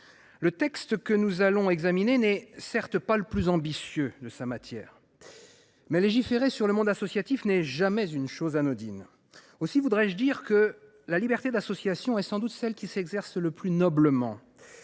Le texte que nous allons examiner n’est, certes, pas le plus ambitieux de sa matière, mais légiférer sur le monde associatif n’est jamais une chose anodine. Aussi voudrais je dire que la liberté d’association est sans doute celle qui s’exerce le plus noblement